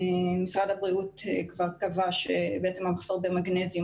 משרד הבריאות כבר קבע שהמחסור במגנזיום